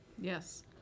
Yes